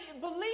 believe